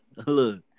Look